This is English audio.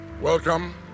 Welcome